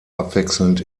abwechselnd